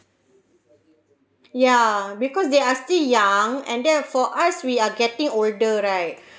ya because they are still young and then for us we are getting older right